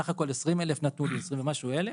נתנו לי סך הכל 20 ומשהו אלף